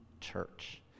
church